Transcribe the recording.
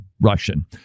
Russian